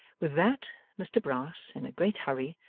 with that, mr brass, in a great hurry,